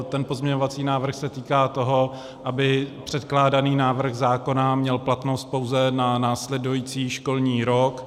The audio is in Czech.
Ten pozměňovací návrh se týká toho, aby předkládaný návrh zákona měl platnost pouze na následující školní rok.